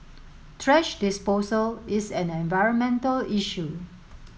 thrash disposal is an environmental issue